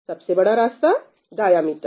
सबसे बड़ा रास्ता डायमीटर